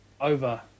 over